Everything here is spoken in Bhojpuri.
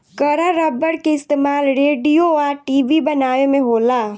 कड़ा रबड़ के इस्तमाल रेडिओ आ टी.वी बनावे में होला